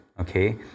Okay